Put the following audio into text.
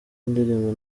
indirimbo